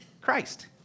Christ